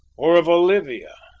or of olivia,